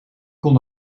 kon